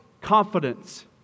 confidence